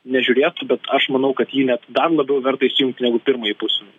nežiūrėtų bet aš manau kad jį net dar labiau verta įsijungt negu pirmąjį pusfinalį